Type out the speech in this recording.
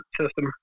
system